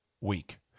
week